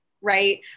right